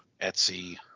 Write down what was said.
Etsy